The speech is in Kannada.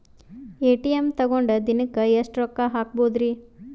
ಎ.ಟಿ.ಎಂ ತಗೊಂಡ್ ದಿನಕ್ಕೆ ಎಷ್ಟ್ ರೊಕ್ಕ ಹಾಕ್ಬೊದ್ರಿ?